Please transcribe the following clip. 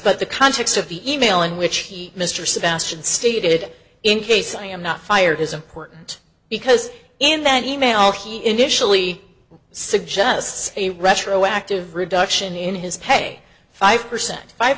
but the context of the email in which he mr sebastian stated in case i am not fired is important because in that e mail he initially suggests a retroactive reduction in his pay five percent five